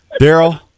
Daryl